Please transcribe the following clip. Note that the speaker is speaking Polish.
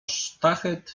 sztachet